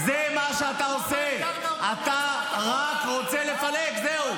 --- אתה רק רוצה לפלג, זהו.